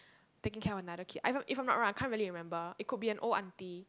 taking care of another kid I if I'm not wrong I can't really remember it could be an old aunty